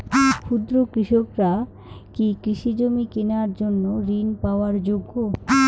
ক্ষুদ্র কৃষকরা কি কৃষিজমি কিনার জন্য ঋণ পাওয়ার যোগ্য?